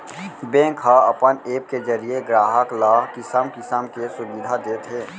bank ह अपन app के जरिये गराहक ल किसम किसम के सुबिधा देत हे